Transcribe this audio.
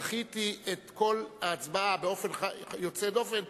דחיתי את כל ההצבעה באופן יוצא דופן,